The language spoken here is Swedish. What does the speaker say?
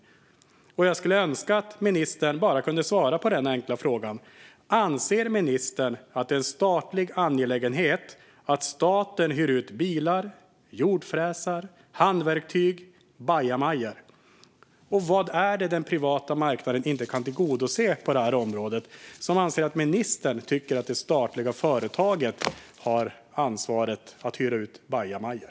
Jag skulle önska att ministern bara kunde svara på den enkla frågan: Anser ministern att det är en statlig angelägenhet att hyra ut bilar, jordfräsar, handverktyg och bajamajor, och vad finns det på det här området för behov som den privata marknaden inte kan tillgodose och som gör att ministern anser att det statliga företaget ska ha ansvar för att hyra ut bajamajor?